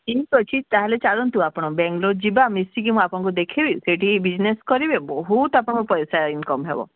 ଠିକ୍ ଅଛି ତାହେଲେ ଚାଲନ୍ତୁ ଆପଣ ବେଙ୍ଗଲୋର ଯିବା ମିଶିକି ମୁଁ ଆପଣଙ୍କୁ ଦେଖେଇବି ସେଇଠି ବିଜିନେସ୍ କରିବେ ବହୁତ ଆପଣଙ୍କ ପଇସା ଇନକମ୍ ହେବ